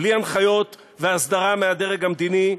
בלי הנחיות והסדרה מהדרג המדיני,